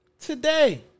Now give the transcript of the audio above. Today